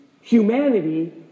humanity